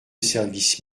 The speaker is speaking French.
service